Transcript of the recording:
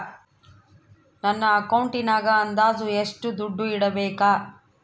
ನನ್ನ ಅಕೌಂಟಿನಾಗ ಅಂದಾಜು ಎಷ್ಟು ದುಡ್ಡು ಇಡಬೇಕಾ?